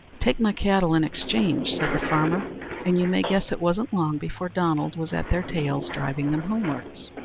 take my cattle in exchange, said the farmer and you may guess it wasn't long before donald was at their tails driving them homewards.